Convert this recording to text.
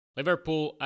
Liverpool